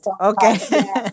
Okay